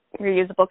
reusable